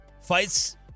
fights